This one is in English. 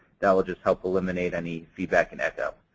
that will just help eliminate any feedback and echo.